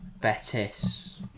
Betis